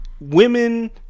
women